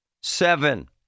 Seven